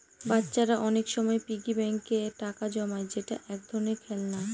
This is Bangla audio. বাচ্চারা অনেক সময় পিগি ব্যাঙ্কে টাকা জমায় যেটা এক ধরনের খেলনা